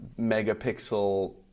megapixel